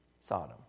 Sodom